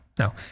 No